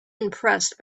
impressed